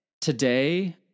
Today